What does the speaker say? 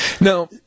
Now